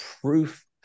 proof